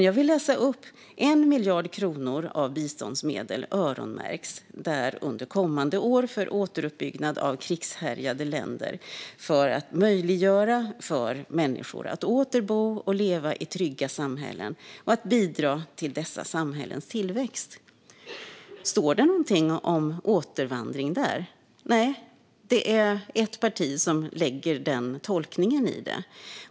Jag vill läsa upp: "En miljard kronor av biståndsmedel öronmärks för återuppbyggnad av krigshärjade länder för att möjliggöra för människor att åter bo och leva i trygga samhällen och bidra till dess tillväxt." Står det något om återvandring där? Nej, det är ett parti som gör den tolkningen.